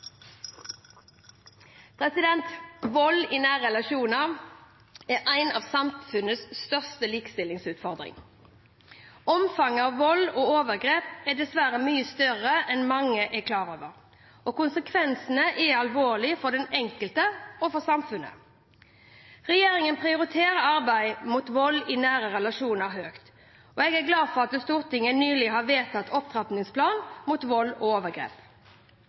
Vold i nære relasjoner er en av samfunnets største likestillingsutfordringer. Omfanget av vold og overgrep er dessverre mye større enn mange er klar over, og konsekvensene er alvorlige for den enkelte og for samfunnet. Regjeringen prioriterer arbeidet mot vold i nære relasjoner høyt, og jeg er glad for at Stortinget nylig har vedtatt opptrappingsplanen mot vold og overgrep.